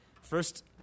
First